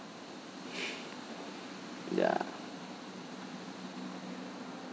ya